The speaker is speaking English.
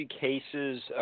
cases